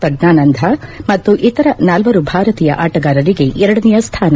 ಪ್ರಗ್ನಾನಂಧ ಮತ್ತು ಇತರ ನಾಲ್ಲರು ಭಾರತೀಯ ಆಟಗಾರರಿಗೆ ಎರಡನೆಯ ಸ್ಥಾನ